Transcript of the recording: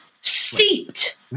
steeped